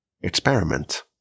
experiment